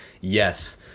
yes